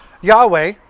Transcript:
Yahweh